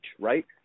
right